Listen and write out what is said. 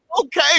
Okay